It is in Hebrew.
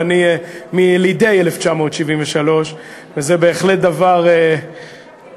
ואני מילידי 1973. זה בהחלט דבר מעניין,